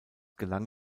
gelang